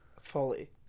Fully